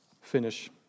finish